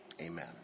amen